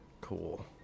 Cool